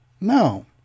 No